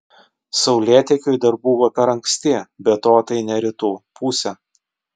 saulėtekiui dar buvo per anksti be to tai ne rytų pusė